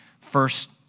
first